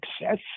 success